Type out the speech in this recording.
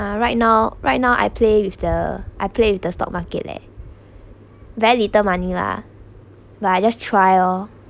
uh right now right now I play with the I play with the stock market leh very little money lah but I just try lor